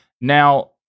now